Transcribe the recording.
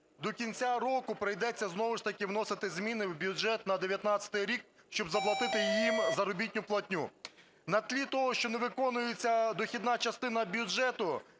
До кінця року прийдеться знову ж таки вносити зміни в бюджет на 19-й рік, щоб заплатити їм заробітну платню. На тлі того, що не виконується дохідна частина бюджету,